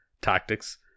tactics